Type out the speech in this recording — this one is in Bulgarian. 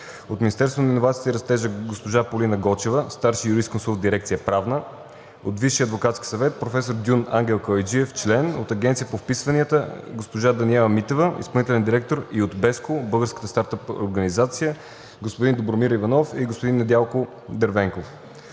от Министерството на иновациите и растежа: госпожа Полина Гочева – старши юрисконсулт в дирекция „Правна“, от Висшия адвокатски съвет: професор д.ю.н. Ангел Калайджиев – член, от Агенцията по вписванията: госпожа Даниела Митева – изпълнителен директор, и от BESCO – Българската стартъп асоциация: господин Добромир Иванов и господин Недялко Дервенков